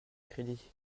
crédit